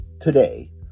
today